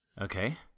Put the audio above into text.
Okay